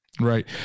Right